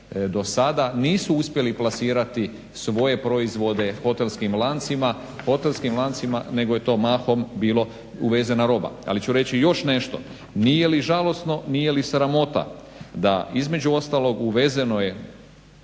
do sada nisu uspjeli plasirati svoje proizvode hotelskim lancima, nego je to mahom bilo uvezena roba. Ali ću reći još nešto, nije li žalosno, nije li sramota da između ostalog uvezeno je,